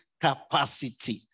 capacity